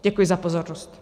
Děkuji za pozornost.